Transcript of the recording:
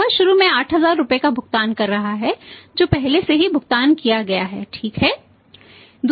वह शुरू में 8000 रुपये का भुगतान कर रहा है जो पहले से ही भुगतान किया गया है ठीक है